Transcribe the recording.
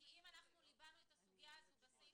אם זה תיק